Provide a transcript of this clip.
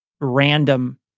random